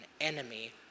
enemy